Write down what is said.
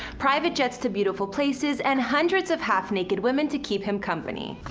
private jets to beautiful places, and hundreds of half naked women to keep him company.